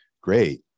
Great